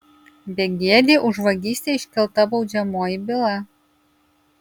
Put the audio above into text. begėdei už vagystę iškelta baudžiamoji byla